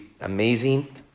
amazing